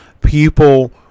People